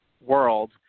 world